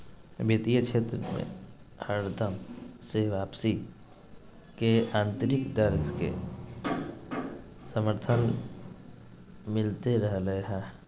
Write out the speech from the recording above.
वित्तीय क्षेत्र मे हरदम से वापसी के आन्तरिक दर के समर्थन मिलते रहलय हें